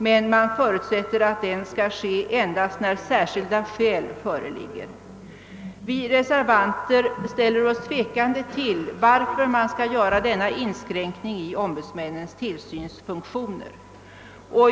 Men utskottet förutsätter att den skall ske endast när särskilda skäl föreligger. Vi reservanter ställer oss avvisande till att man gör denna inskränkning i ombudsmännens tillsynsfunktioner.